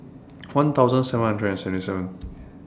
one thousand seven hundred and seventy seven